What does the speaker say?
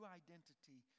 identity